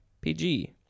pg